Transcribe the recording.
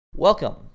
Welcome